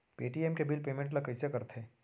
Paytm के bill payment ल कइसे करथे?